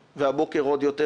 והבוקר עוד יותר,